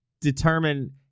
determine